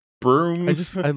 brooms